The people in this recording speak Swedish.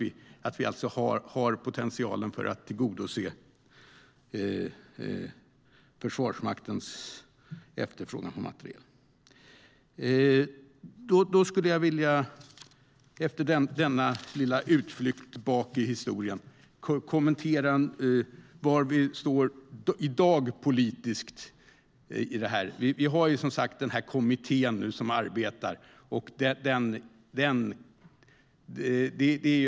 Vi har alltså potential att kunna tillgodose Försvarsmaktens efterfrågan på materiel. Efter denna lilla utflykt bakåt i historien vill jag kommentera var vi står politiskt i dag i detta. Vi har som sagt en kommitté som arbetar.